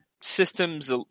system's